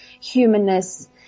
humanness